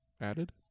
added